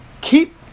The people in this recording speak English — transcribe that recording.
keep